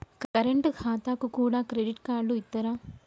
Current ఖాతాకు కూడా credit card ఇత్తరా?